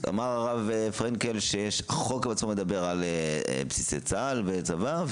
אמר הרב פרנקל שיש חוק שבעצמו מדבר על בסיסי צה"ל וצבא.